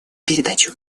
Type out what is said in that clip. передачу